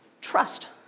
Trust